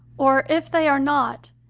or, if they are not,